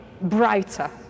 brighter